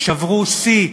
שברו שיא